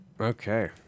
Okay